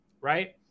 right